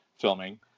filming